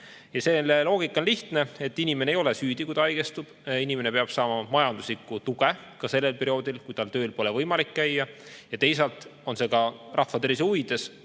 Selle loogika on lihtne: inimene ei ole süüdi, kui ta haigestub, inimene peab saama majanduslikku tuge ka sellel perioodil, kui tal tööl pole võimalik käia, ja teisalt on see ka rahvatervise huvides,